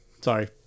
Sorry